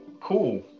cool